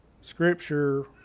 Scripture